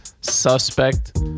suspect